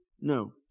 No